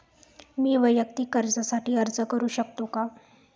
मी वैयक्तिक कर्जासाठी अर्ज करू शकतो का?